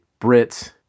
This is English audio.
Brits